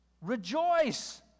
Rejoice